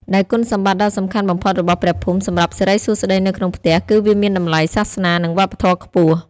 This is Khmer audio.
ដែលគុណសម្បត្តិដ៏សំខាន់បំផុតរបស់ព្រះភូមិសម្រាប់សិរីសួស្តីនៅក្នុងផ្ទះគឺវាមានតម្លៃសាសនា និងវប្បធម៌ខ្ពស់។